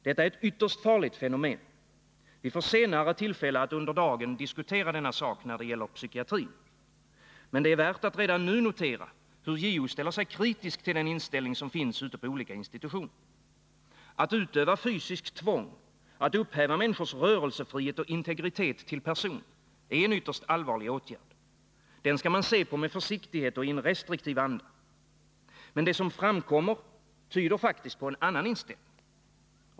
Detta är ett ytterst farligt fenomen. Vi får senare tillfälle att under dagen diskutera denna sak när det gäller psykiatrin. Men det är värt att redan nu notera hur JO ställer sig kritisk till den inställning som finns ute på olika institutioner. Att utöva fysiskt tvång, att upphäva människors rörelsefrihet och integritet till person, är en ytterst allvarlig åtgärd. Den skall man se på med försiktighet och i en restriktiv anda. Men det som framkommer tyder faktiskt på en annan inställning.